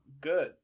good